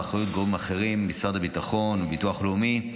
באחריות גורמים אחרים משרד הביטחון או ביטוח לאומי,